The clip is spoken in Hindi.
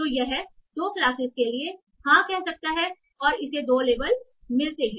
तो यह 2 क्लासेस के लिए हाँ कह सकता है और इसे 2 लेबल मिलते हैं